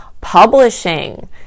publishing